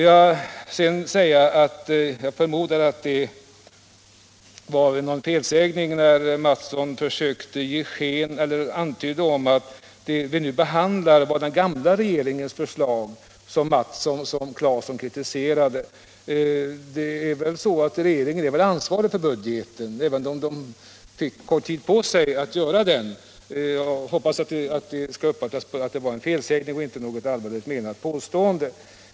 Jag förmodar att det var en felsägning när herr Mattsson antydde att det förslag vi nu behandlar är den gamla regeringens och att det var detta herr Claeson kritiserade. Men den nya regeringen är väl ändå ansvarig för budgeten, även om den fick kort tid på sig att göra den. Jag hoppas att det var en felsägning och inte något allvarligt menat påstående.